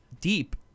deep